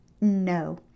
No